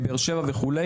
מבאר שבע וכו',